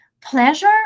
pleasure